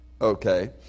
Okay